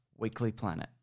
weeklyplanet